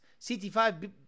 CT5